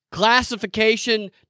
Classification